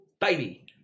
baby